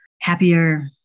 happier